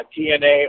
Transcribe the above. TNA